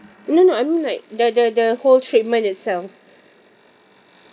no no I mean like the the the whole treatment itself